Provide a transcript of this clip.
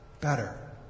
better